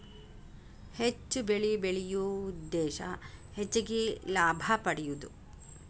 ಹೆಚ್ಚು ಬೆಳಿ ಬೆಳಿಯು ಉದ್ದೇಶಾ ಹೆಚಗಿ ಲಾಭಾ ಪಡಿಯುದು